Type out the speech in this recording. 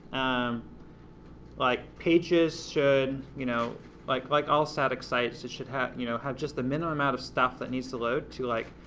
um like, pages should, you know like like all static sites, it should have you know have just the minimum amount of stuff that needs to load to like,